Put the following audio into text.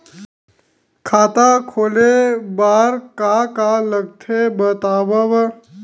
खाता खोले बार का का लगथे बतावव?